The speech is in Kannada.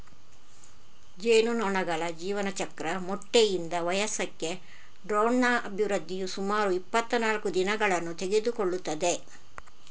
ಜೇನುನೊಣಗಳ ಜೀವನಚಕ್ರ ಮೊಟ್ಟೆಯಿಂದ ವಯಸ್ಕಕ್ಕೆ ಡ್ರೋನ್ನ ಅಭಿವೃದ್ಧಿಯು ಸುಮಾರು ಇಪ್ಪತ್ತನಾಲ್ಕು ದಿನಗಳನ್ನು ತೆಗೆದುಕೊಳ್ಳುತ್ತದೆ